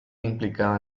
implicada